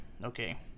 Okay